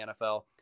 NFL